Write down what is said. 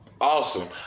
awesome